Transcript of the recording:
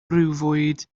briwfwyd